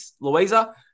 Louisa